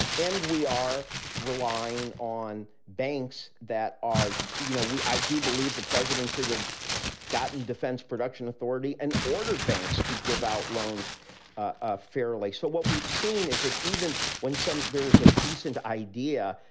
and we are relying on banks that are you know, we i do believe the president should have gotten defense production authority and ordered banks to give out loans ah fairly. so what we've seen is that even when some there's a decent idea,